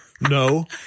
No